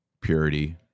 purity